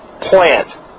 plant